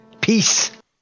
Peace